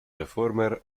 former